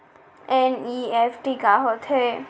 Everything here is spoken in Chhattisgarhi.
एन.ई.एफ.टी का होथे?